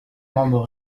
membres